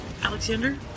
Alexander